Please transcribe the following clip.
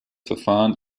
verfahren